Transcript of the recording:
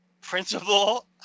Principal